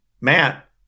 Matt